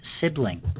Sibling